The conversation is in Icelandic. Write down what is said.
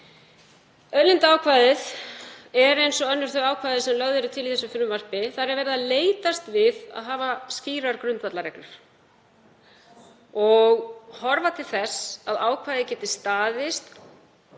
Auðlindaákvæðið er eins og önnur þau ákvæði sem lögð eru til í þessu frumvarpi; þar er verið að leitast við að hafa skýrar grundvallarreglur og horfa til þess að ákvæðið geti staðist